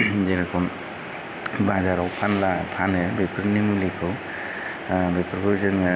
जेरखम बाजाराव फानग्रा फानो बेफोरनि मुलिखौ ओमफ्राय बेफोरखौ जोङो